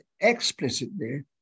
explicitly